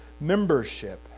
membership